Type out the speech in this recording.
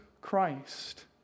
Christ